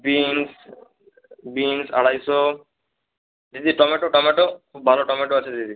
beans beans আড়াইশো দিদি tomato tomato খুব ভালো টমেটো আছে দিদি